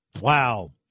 Wow